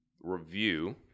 review